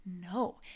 No